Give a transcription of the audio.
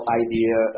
idea